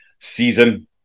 season